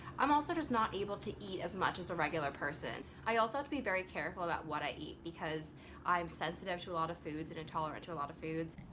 i'm also just not able to eat as much as a regular person. i also have to be very careful about what i eat because i'm sensitive to a lot of foods and intolerant to a lot of foods.